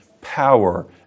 power